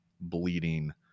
bleeding